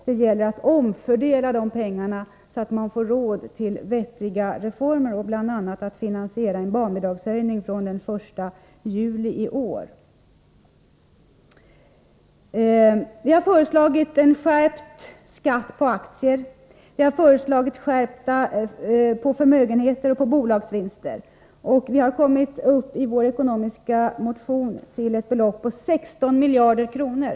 Det gäller att omfördela dessa pengar, så att man får råd till vettiga reformer, bl.a. till att finansiera en barnbidragshöjning från den 1 juli i år. Vi har föreslagit en skärpning av skatten på aktier, förmögenheter och bolagsvinster. I vår ekonomiska motion har vi kommit upp till ett belopp på 16 miljarder kronor.